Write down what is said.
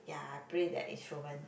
ya I play that instrument